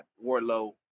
Warlow